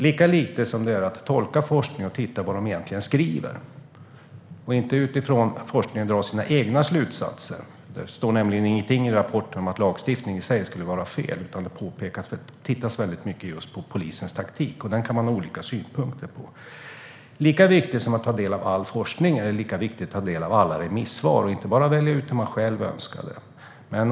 Lika viktigt som att tolka forskningen är att titta på vad som egentligen skrivs och inte dra sina egna slutsatser utifrån forskningen. Det står nämligen ingenting i rapporten om att lagstiftning i sig skulle vara fel, utan det tittas mycket på polisens taktik. Den kan man ha olika synpunkter på. Lika viktigt som att ta del av all forskning är att ta del av alla remissvar och inte bara välja ut de man själv har önskat.